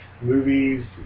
movies